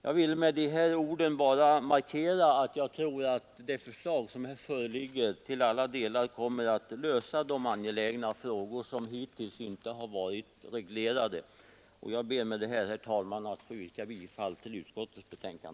Jag vill med dessa ord bara markera att jag tror att det förslag som här föreligger till alla delar kommer att lösa de angelägna frågor som hittills inte har varit reglerade. Herr talman! Jag ber att få yrka bifall till utskottets hemställan.